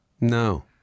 No